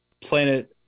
Planet